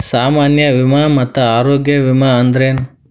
ಸಾಮಾನ್ಯ ವಿಮಾ ಮತ್ತ ಆರೋಗ್ಯ ವಿಮಾ ಅಂದ್ರೇನು?